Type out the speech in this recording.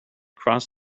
cross